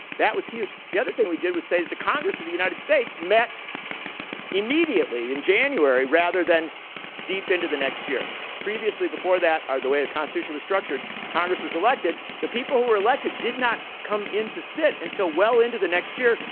that was huge. the other thing we did was say that the congress of the united states met immediately in january, rather than deep into the next year. previously, before that, the way the constitution was structured, congress was elected. the people who were elected did not come in to sit until well into the next year.